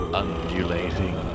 undulating